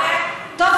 את מתגעגעת?